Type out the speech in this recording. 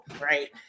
right